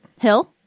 Hill